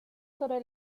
sobre